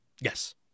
Yes